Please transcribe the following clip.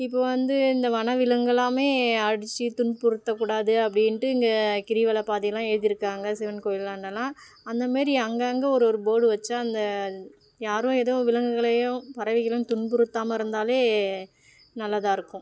இப்போது வந்து இந்த வனவிலங்கெல்லாமே அடித்துத் துன்புறுத்தக் கூடாது அப்படின்ட்டு இங்கே கிரிவல பாதையெல்லாம் எழுதியிருக்காங்க சிவன் கோயிலாண்டயெல்லாம் அந்த மாரி அங்கங்கே ஒரு ஒரு போர்டு வைச்சா அந்த யாரும் எதுவும் விலங்குகளையோ பறவைகளையும் துன்புறுத்தாம இருந்தாலே நல்லா தான் இருக்கும்